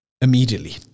immediately